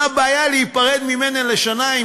אז מה הבעיה להיפרד ממנה לאחר שנה אם